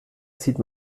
sieht